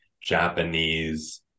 Japanese